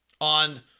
on